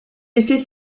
effets